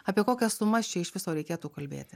apie kokias sumas čia iš viso reikėtų kalbėti